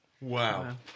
Wow